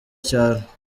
cyane